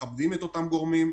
מכבדים את אותם גורמים,